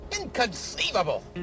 Inconceivable